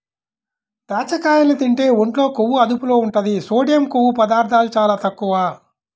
దాచ్చకాయల్ని తింటే ఒంట్లో కొవ్వు అదుపులో ఉంటది, సోడియం, కొవ్వు పదార్ధాలు చాలా తక్కువ